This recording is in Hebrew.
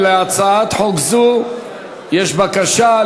הצעת חוק סל הקליטה (תיקון, זכאות יוצאים